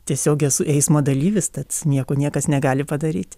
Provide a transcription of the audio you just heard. tiesiog esu eismo dalyvis tad nieko niekas negali padaryti